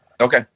Okay